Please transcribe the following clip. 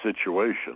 situation